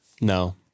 No